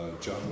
John